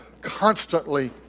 constantly